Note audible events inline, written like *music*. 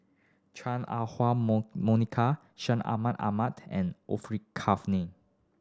Chuan Ah Huwa *unintelligible* Monica *unintelligible* Ahmen Ahmed and Orfeur Cavene